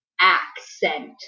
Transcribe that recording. accent